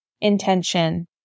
intention